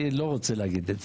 אני לא רוצה להגיד את זה,